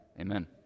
Amen